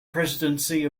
presidency